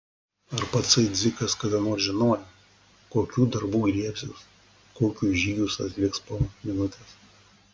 ar patsai dzikas kada nors žinojo kokių darbų griebsis kokius žygius atliks po minutės